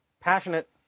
Passionate